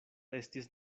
estis